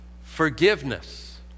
Forgiveness